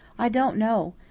i don't know.